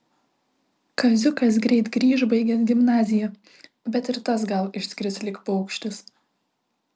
kaziukas greit grįš baigęs gimnaziją bet ir tas gal išskris lyg paukštis